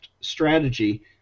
strategy